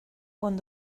con